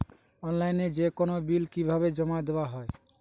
অনলাইনে যেকোনো বিল কিভাবে জমা দেওয়া হয়?